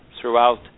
throughout